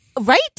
Right